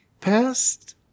past